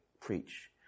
preach